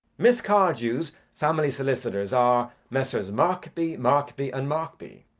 miss cardew's family solicitors are messrs. markby, markby, and markby.